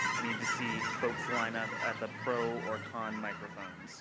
i need to see folks line up at the pro or con microphone.